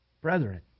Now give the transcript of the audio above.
Brethren